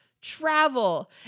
Travel